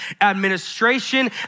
administration